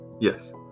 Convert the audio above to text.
Yes